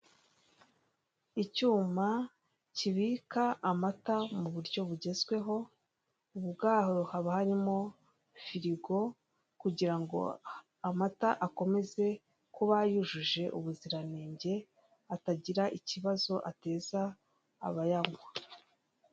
Icyuma kibika amata mu buryo bugezweho, ubwaho haba harimo firigo, kugira ngo amata akomeze kuba yujuje ubuziranenge, atagira ikibazo ateza abayanywa.